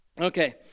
Okay